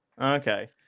Okay